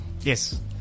Yes